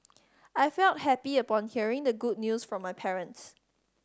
I felt happy upon hearing the good news from my parents